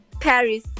Paris